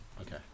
Okay